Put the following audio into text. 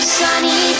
sunny